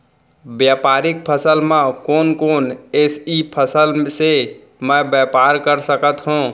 व्यापारिक फसल म कोन कोन एसई फसल से मैं व्यापार कर सकत हो?